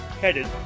headed